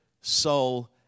soul